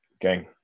gang